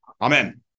Amen